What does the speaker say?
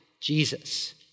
Jesus